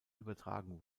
übertragen